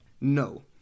No